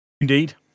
indeed